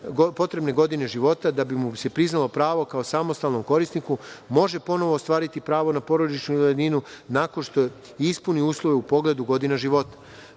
potrebne godine života da bi mu se priznalo pravo kao samostalnom korisniku, može ponovo ostvariti pravo na porodičnu invalidninu nakon što ispuni uslove u pogledu godina